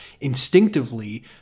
instinctively